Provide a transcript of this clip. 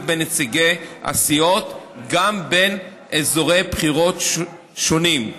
בין נציגי הסיעות גם בין אזורי בחירות שונים.